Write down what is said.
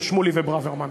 או שמולי וברוורמן.